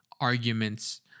arguments